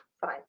Fine